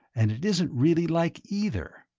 and it isn't really like either.